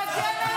אתה תגן על